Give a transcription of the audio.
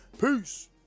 Peace